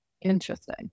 interesting